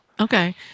Okay